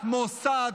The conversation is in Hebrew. מוסד,